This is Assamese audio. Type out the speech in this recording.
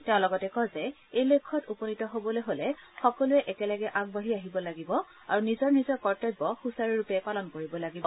তেওঁ লগতে কয় যে এই লক্ষ্যত উপনীত হ'বলৈ হ'লে সকলোৱে একেলগে আগবাঢ়ি আহিব লাগিব আৰু নিজৰ নিজৰ কৰ্তব্য সুচাৰুৰূপে পালন কৰিব লাগিব